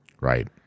right